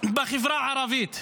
בחברה הערבית.